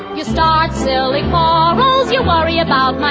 you start selling ah your worry about money